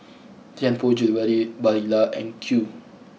Tianpo Jewellery Barilla and Qoo